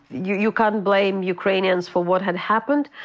you you can't blame ukrainians for what had happened.